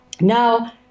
Now